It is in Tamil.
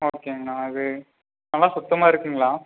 ஓகேங்க அண்ணா அது நல்லா சுத்தமாக இருக்குங்களா